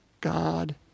God